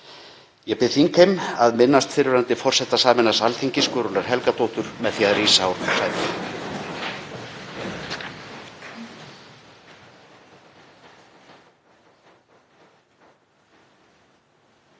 Ég bið þingheim að minnast fyrrverandi forseta sameinaðs Alþingis, Guðrúnar Helgadóttur, með því að rísa úr